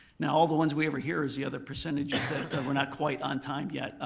now all the ones we ever hear is the other percentage that says we're not quite on time yet.